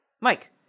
Mike